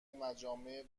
مجامع